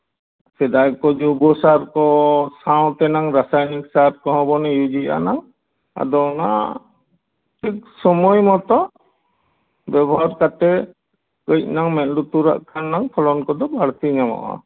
ᱥᱮᱫᱟᱭ ᱠᱚ ᱡᱳᱭᱵᱚ ᱥᱟᱨᱠᱚ ᱥᱟᱶᱛᱮᱱᱟᱝ ᱨᱟᱥᱟᱭᱱᱤᱠ ᱥᱟᱨ ᱠᱚᱦᱚᱸᱵᱚᱱ ᱤᱭᱩᱡᱮᱫᱼᱟ ᱱᱟᱝ ᱟᱫᱚ ᱚᱱᱟ ᱴᱷᱤᱠ ᱥᱚᱢᱚᱭ ᱢᱚᱛᱚ ᱵᱮᱵᱚᱦᱟᱨ ᱠᱟᱛᱮ ᱠᱟᱹᱡ ᱱᱟᱝ ᱢᱮᱫ ᱞᱩᱛᱩᱨᱟᱜ ᱠᱷᱟᱱ ᱯᱷᱚᱞᱚᱱ ᱠᱚᱫᱚ ᱵᱟᱹᱲᱛᱤ ᱧᱟᱢᱚᱜᱼᱟ